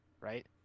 right